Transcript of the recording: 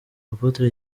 apotre